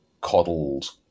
coddled